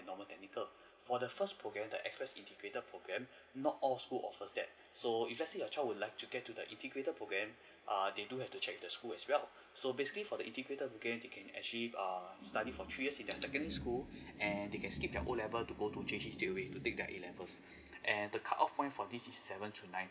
normal technical for the first program the express integrated programme not all school offers that so if let's say your child would like to get to the integrated programme err they do have to check the school as well so basically for the integrated programme you can actually err study for three years in secondary school and they can skip their O level to go to J_C straightaway to take the A level and the cut off point for this is seven to nine